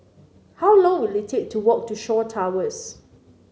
how long will it take to walk to Shaw Towers